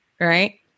right